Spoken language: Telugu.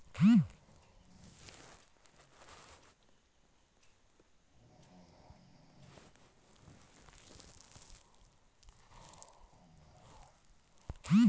కోడికి ఎట్లాంటి గింజలు వేయాలి?